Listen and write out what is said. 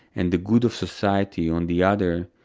and the good of society on the other,